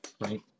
right